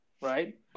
right